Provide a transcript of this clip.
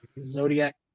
Zodiac